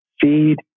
Feed